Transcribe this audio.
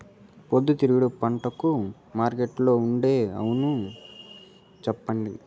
పొద్దుతిరుగుడు పంటకు మార్కెట్లో ఉండే అవును చెప్పండి?